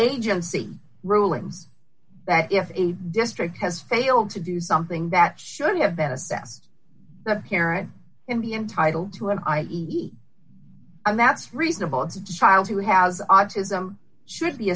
agency rulings that if a district has failed to do something that should have been assessed that parent in be entitled to and i eat and that's reasonable it's a child who has autism should be